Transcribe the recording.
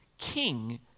king